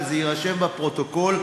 וזה יירשם בפרוטוקול,